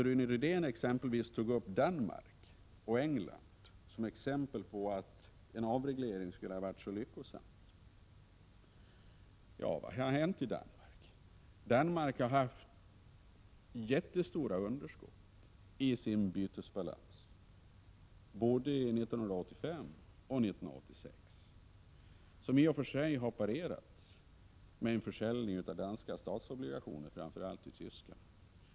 Rune Rydén nämnde Danmark och England som exempel på att en avreglering skulle ha varit lyckosam. Vad har hänt i Danmark? Danmark har haft jättestora underskott i sin bytesbalans, både 1985 och 1986, som i och för sig har parerats med försäljning av danska statsobligationer, framför allt i Tyskland.